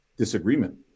Disagreement